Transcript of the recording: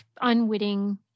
unwitting